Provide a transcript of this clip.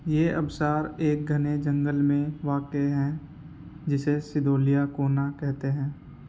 یہ آبشار ایک گھنے جنگل میں واقع ہے جسے سدولیہ کونا کہتے ہیں